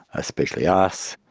especially us.